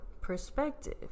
perspective